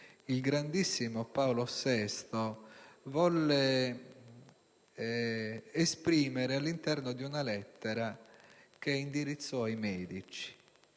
il grandissimo Paolo VI volle esprimere all'interno di una lettera che indirizzò ai medici.